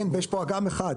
כן, יש פה אגם אחד.